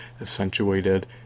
accentuated